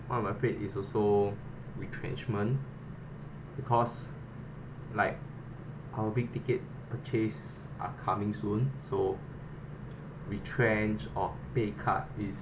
what I'm afraid is also retrenchment because like our big ticket purchase are coming soon so retrench or pay cut is